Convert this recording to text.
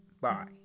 Bye